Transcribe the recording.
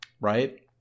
Right